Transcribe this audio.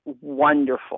Wonderful